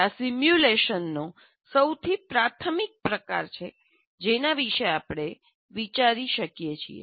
આ સિમ્યુલેશનનો સૌથી પ્રાથમિક પ્રકાર છે જેના વિશે આપણે વિચારી શકીએ છીએ